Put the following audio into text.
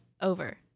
Over